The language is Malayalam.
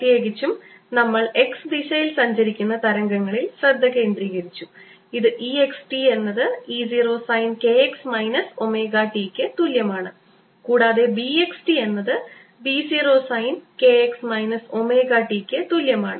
പ്രത്യേകിച്ചും നമ്മൾ x ദിശയിൽ സഞ്ചരിക്കുന്ന തരംഗങ്ങളിൽ ശ്രദ്ധ കേന്ദ്രീകരിച്ചു ഇത് E x t എന്നത് E 0 sine k x minus omega t ക്ക് തുല്യമാണ് കൂടാതെ B x t എന്നത് B 0 sine k x minus omega t ക്ക് തുല്യമാണ്